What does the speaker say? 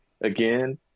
again